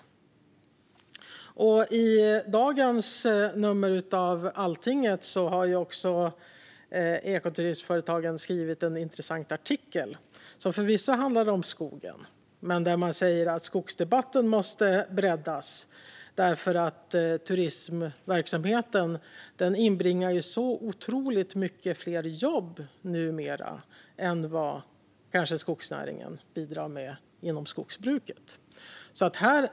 I dagens nummer av Altinget har ekoturismföretagen skrivit en intressant artikel. Den handlar förvisso om skogen, men man säger att skogsdebatten måste breddas därför att turistverksamheten numera inbringar så otroligt många fler jobb än vad skogsnäringen bidrar med genom skogsbruket.